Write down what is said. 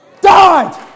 died